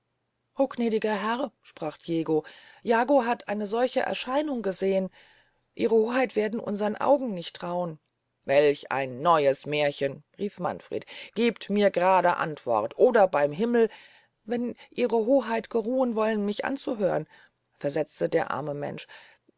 gnädiger herr sprach diego jago hat eine solche erscheinung gesehn ihre hoheit werden unsern augen nicht trauen welch ein neues mährchen rief manfred gebt mir grade antwort oder beym himmel wenn ihre hoheit geruhen wollen mich anzuhören versetzte der arme mensch